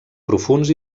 profunds